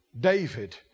David